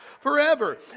forever